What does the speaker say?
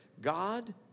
God